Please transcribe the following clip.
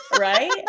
right